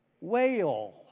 whale